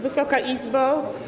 Wysoka Izbo!